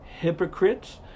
hypocrites